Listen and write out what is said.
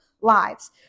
lives